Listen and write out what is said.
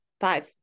five